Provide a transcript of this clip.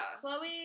Chloe